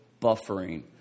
buffering